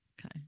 okay